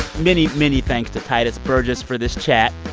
many, many thanks to tituss burgess for this chat.